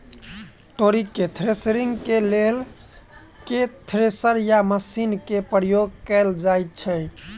तोरी केँ थ्रेसरिंग केँ लेल केँ थ्रेसर या मशीन केँ प्रयोग कैल जाएँ छैय?